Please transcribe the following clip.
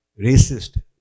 racist